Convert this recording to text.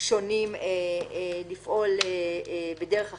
שונים לפעול בדרך אחרת.